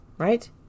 Right